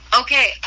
Okay